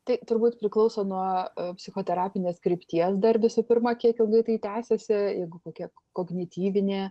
tai turbūt priklauso nuo psichoterapinės krypties dar visų pirma kiek ilgai tai tęsiasi jeigu kokia kognityvinė